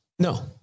No